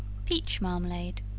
peach marmalade.